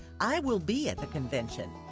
i will be at the convention,